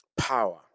power